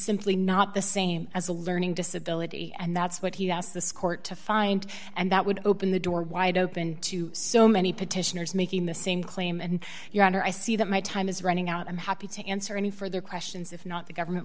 simply not the same as a learning disability and that's what he asked this court to find and that would open the door wide open to so many petitioners making the same claim and your honor i see that my time is running out i'm happy to answer any further questions if not the government